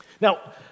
Now